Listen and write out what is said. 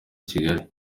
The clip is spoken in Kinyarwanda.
kigali